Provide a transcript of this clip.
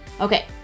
Okay